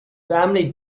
family